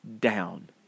down